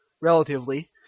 relatively